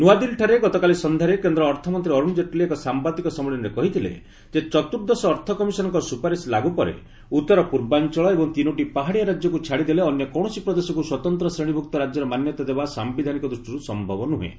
ନୂଆଦିଲ୍ଲୀଠାରେ ଗତକାଲି ସନ୍ଧ୍ୟାରେ କେନ୍ଦ୍ର ଅର୍ଥମନ୍ତ୍ରୀ ଅରୁଣ ଜେଟ୍ଲୀ ଏକ ସାମ୍ବାଦିକ ସମ୍ମିଳନୀରେ କହିଥିଲେ ଯେ ଚତୁର୍ଦ୍ଦଶ ଅର୍ଥ କମିଶନଙ୍କ ସୁପାରିଶ୍ ଲାଗୁ ପରେ ଉତ୍ତର ପୂର୍ବାଞ୍ଚଳ ଏବଂ ତିନୋଟି ପାହାଡ଼ିଆ ରାଜ୍ୟକୁ ଛାଡ଼ିଦେଲେ ଅନ୍ୟ କୌଣସି ପ୍ରଦେଶକୁ ସ୍ୱତନ୍ତ୍ର ଶ୍ରେଣୀଭୁକ୍ତ ରାଜ୍ୟର ମାନ୍ୟତା ଦେବା ସାୟିଧାନିକ ଦୃଷ୍ଟିରୁ ସମ୍ଭବ ନୁହେଁ